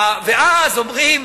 ואז אומרים: